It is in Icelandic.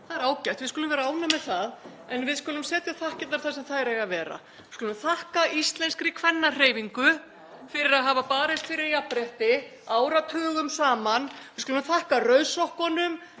Það er ágætt, við skulum vera ánægð með það, en við skulum setja þakkirnar þar sem þær eiga að vera. Við skulum þakka íslenskri kvennahreyfingu fyrir að hafa barist fyrir jafnrétti áratugum saman, við skulum þakka rauðsokkunum,